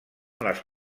les